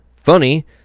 funny